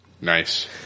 Nice